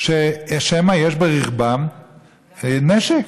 שמא יש ברכבם נשק?